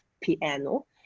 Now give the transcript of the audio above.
piano